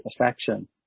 affection